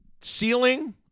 ceiling